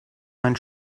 mein